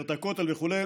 מנהרת הכותל וכו'